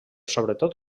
sobretot